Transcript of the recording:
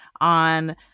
on